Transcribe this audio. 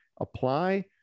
apply